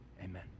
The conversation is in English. Amen